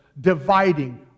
dividing